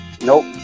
Nope